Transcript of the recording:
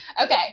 okay